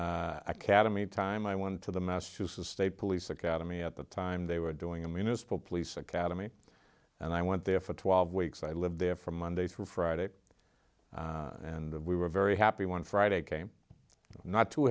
police academy time i went to the massachusetts state police academy at the time they were doing a municipal police academy and i went there for twelve weeks i lived there from monday through friday and we were very happy when friday came not too